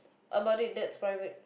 about it that's private